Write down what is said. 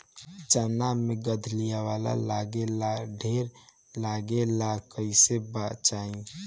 चना मै गधयीलवा लागे ला ढेर लागेला कईसे बचाई?